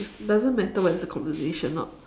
it doesn't matter what is the conversation ah